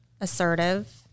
assertive